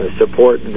support